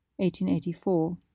1884